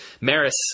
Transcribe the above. Maris